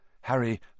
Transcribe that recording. Harry